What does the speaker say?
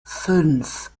fünf